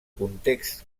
context